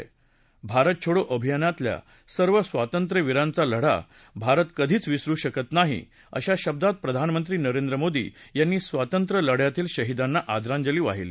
भारत छोडो अभियानातल्या सर्व स्वातंत्र्यवीरांचा लढा भारत कधीच विसरु शकत नाही अशा शब्दात प्रधानमंत्री नरेंद्र मोदी यांनी स्वातंत्र्यलढ्यातील शहीदांना आदरांजली वाहिली